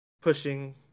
pushing